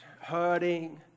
hurting